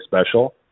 Special